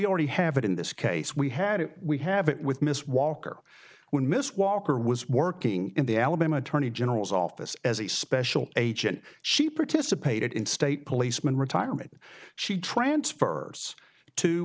already have it in this case we had it we i have it with miss walker when miss walker was working in the alabama attorney general's office as a special agent she participated in state policeman retirement she transfer